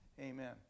amen